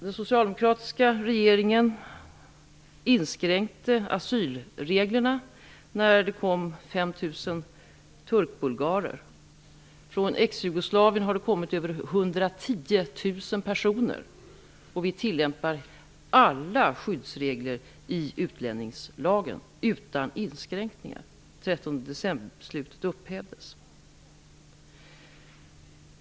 Den socialdemokratiska regeringen inskränkte asylreglerna när det kom 5 000 turkbulgarer. Från ex-Jugoslavien har det kommit över 110 000 personer, och vi tillämpar alla skyddsregler i utlänningslagen utan inskränkningar. 13-decemberbeslutet upphävdes.